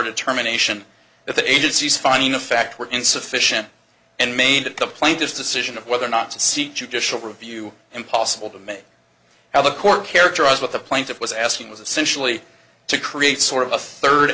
determination that the agency's finding of fact were insufficient and made that the plaintiff's decision of whether or not to seek judicial review impossible to make how the court characterize what the plaintiff was asking was essentially to create sort of a third